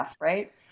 right